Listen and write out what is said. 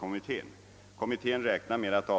Ordet lämnades på begäran till Chefen för kommunikationsdeparte